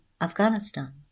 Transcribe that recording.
Afghanistan